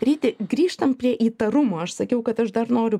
ryti grįžtam prie įtarumo aš sakiau kad aš dar noriu